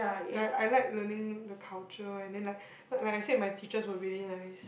ya I like learning the culture and then like what like I said my teachers were really nice